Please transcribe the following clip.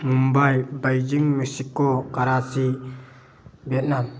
Mumbai Beijing Mexico Karachi Vietnam